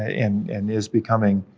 and and is becoming,